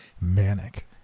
manic